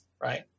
right